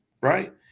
right